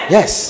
Yes